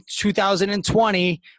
2020